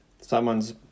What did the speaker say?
Someone's